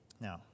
Now